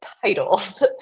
titles